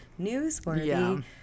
newsworthy